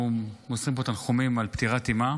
אנחנו מוסרים פה תנחומים על פטירת אימה,